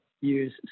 use